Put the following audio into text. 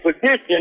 position